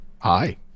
Hi